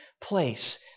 place